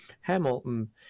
Hamilton